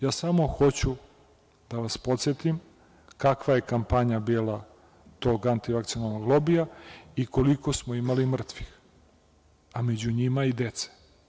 Ja samo hoću da vas podsetim kakva je kampanja bila tog antivakcionog lobija i koliko smo imali mrtvih, a među njima i dece.